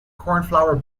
cornflour